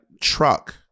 truck